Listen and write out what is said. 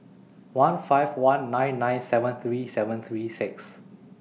one five one nine nine seven three seven three six